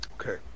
Okay